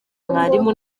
mwarimu